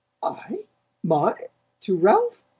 i my to ralph?